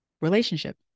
relationship